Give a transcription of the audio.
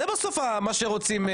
זה בסוף מה שרוצים,